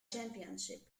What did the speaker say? championship